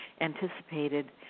anticipated